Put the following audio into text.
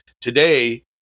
today